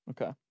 Okay